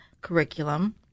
curriculum